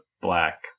black